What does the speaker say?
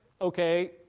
okay